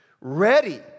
ready